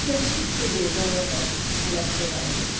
qui a succédé dans l'europe à la chevalerie